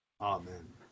amen